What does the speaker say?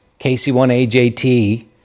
KC1AJT